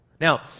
Now